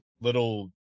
little